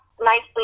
nicely